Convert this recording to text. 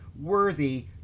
worthy